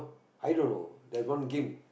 i don't know there's one game